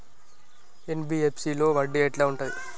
NBFC లో వడ్డీ ఎట్లా ఉంటది?